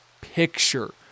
picture